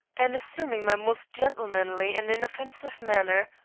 and assuming my most gentlemanly and inoffensive manner,